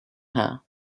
her